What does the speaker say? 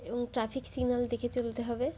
এবং traffic signal দেখে চলতে হবে